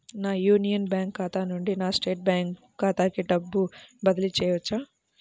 నా Union Bank ఖాతా నుండి నా స్టేట్ బ్యాంకు ఖాతాకి డబ్బు బదిలి చేయవచ్చా?